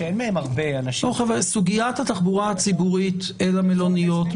סוגיית התחבורה הציבורית אל המלוניות,